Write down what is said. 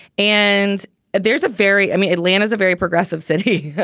and there's a very i mean, atlanta's a very progressive city,